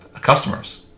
customers